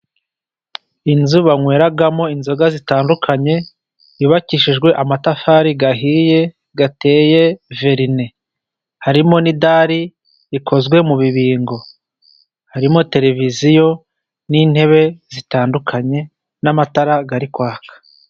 Inzu banyweramo inzoga zitandukanye, yubakishijwe amatafari ahiye, ateye verine. Harimo n'idari rikozwe mu bibingo. Harimo tereviziyo n'intebe zitandukanye, n'amatara ari kwaka.